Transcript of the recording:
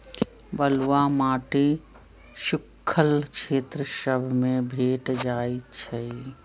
बलुआ माटी सुख्खल क्षेत्र सभ में भेंट जाइ छइ